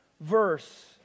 verse